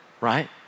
right